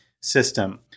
system